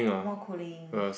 more cooling